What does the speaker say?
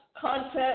content